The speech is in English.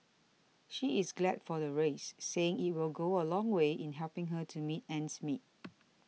she is glad for the raise saying it will go a long way in helping her to make ends meet